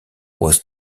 was